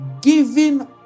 giving